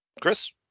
Chris